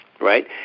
right